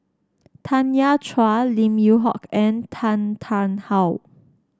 Tanya Chua Lim Yew Hock and Tan Tarn How